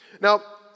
Now